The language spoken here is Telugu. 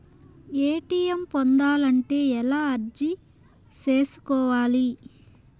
ఎ.టి.ఎం పొందాలంటే ఎలా అర్జీ సేసుకోవాలి?